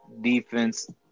defense